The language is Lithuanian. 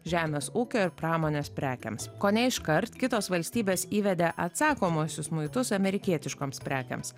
žemės ūkio ir pramonės prekėms kone iškart kitos valstybės įvedė atsakomuosius muitus amerikietiškoms prekėms